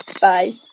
Bye